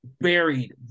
buried